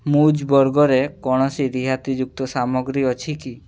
ମୂଜ୍ ବର୍ଗରେ କୌଣସି ରିହାତି ଯୁକ୍ତ ସାମଗ୍ରୀ ଅଛି କି